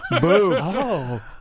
Boom